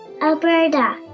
Alberta